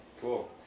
Cool